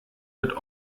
wird